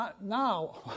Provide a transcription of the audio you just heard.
Now